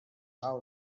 how